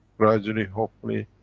gradually, hopefully,